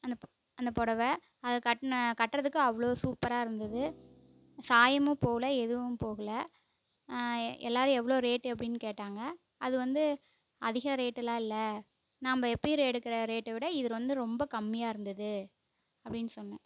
அந்த அந்த புடவ அதை கட்டுனேன் கட்டுறதுக்கு அவ்வளோ சூப்பராக இருந்தது சாயமும் போல எதுவும் போகலை எல்லோரும் எவ்வளோ ரேட் அப்படினு கேட்டாங்க அது வந்து அதிக ரேட்டுலாம் இல்லை நம்ப எப்போயும் எடுக்கிற ரேட்டை விட இது வந்து ரொம்ப கம்மியாக இருந்தது அப்படினு சொன்னேன்